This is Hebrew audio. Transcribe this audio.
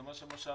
זה מה שנאמר.